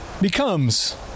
becomes